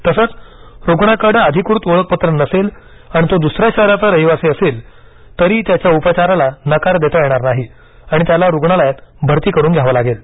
तसच रुग्णाकडे अधिकृत ओळखपत्र नसेल आणि तो द्सऱ्या शहराचा रहिवासी असेल तरी त्याच्या उपचाराला नकार देता येणार नाही आणि त्याला रुग्णालयात भरती करून घ्यावं लागेल